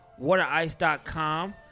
WaterIce.com